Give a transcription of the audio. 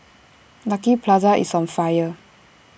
Lucky Plaza is on fire